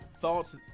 thoughts